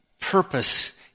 purpose